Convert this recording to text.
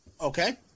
Okay